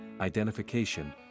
identification